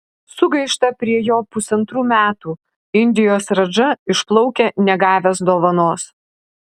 sugaišta prie jo pusantrų metų indijos radža išplaukia negavęs dovanos